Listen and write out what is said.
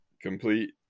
complete